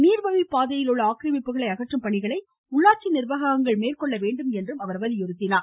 நீர்வழிப் பாதையிலுள்ள ஆக்கிரமிப்புகளை அகற்றும் பணிகளை உள்ளாட்சி நிர்வாகங்கள் மேற்கொள்ள வேண்டும் என்று வலியுறுத்தினார்